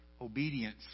obedience